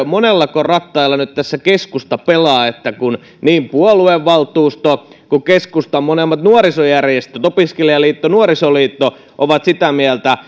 monillako rattailla nyt tässä keskusta pelaa kun niin puoluevaltuusto kuin keskustan molemmat nuorisojärjestöt opiskelijaliitto ja nuorisoliitto ovat sitä mieltä